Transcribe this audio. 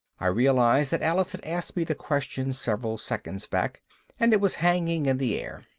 i realized that alice had asked me the question several seconds back and it was hanging in the air.